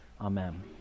Amen